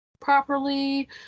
properly